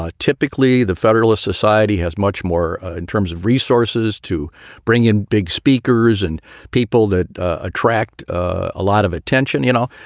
ah typically, the federalist society has much more in terms of resources to bring in big speakers and people that attract a lot of attention. you know,